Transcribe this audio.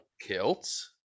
kilts